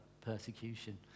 persecution